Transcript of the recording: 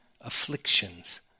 afflictions